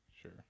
Sure